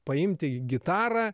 paimti gitarą